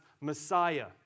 Messiah